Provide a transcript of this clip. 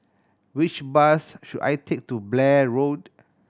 which bus should I take to Blair Road